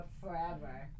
forever